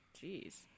jeez